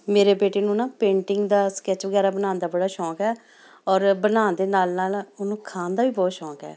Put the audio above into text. ਮੇਰੇ ਬੇਟੇ ਨੂੰ ਨਾ ਪੇਂਟਿੰਗ ਦਾ ਸਕੈੱਚ ਵਗੈਰਾ ਬਣਾਉਣ ਦਾ ਬੜਾ ਸ਼ੌਕ ਹੈ ਔਰ ਬਣਾਉਣ ਦੇ ਨਾਲ ਨਾਲ ਉਹਨੂੰ ਖਾਣ ਦਾ ਵੀ ਬਹੁਤ ਸ਼ੌਕ ਹੈ